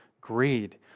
greed